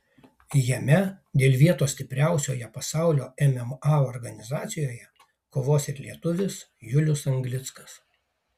jame dėl vietos stipriausioje pasaulio mma organizacijoje kovos ir lietuvis julius anglickas